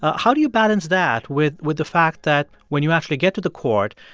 ah how do you balance that with with the fact that when you actually get to the court,